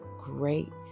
great